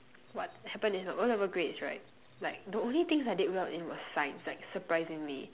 what happen is my O level grades right like the only thing I did well in was science like surprisingly